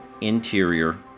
interior